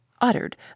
uttered